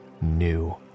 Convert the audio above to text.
new